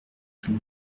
s’il